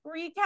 recap